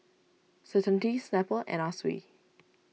Certainty Snapple Anna Sui